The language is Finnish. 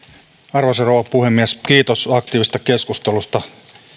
arvoisa rouva puhemies kiitos aktiivisesta keskustelusta